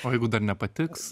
o jeigu dar nepatiks